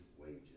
wages